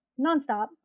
nonstop